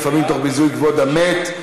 לפעמים תוך ביזוי כבוד המת,